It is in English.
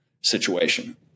situation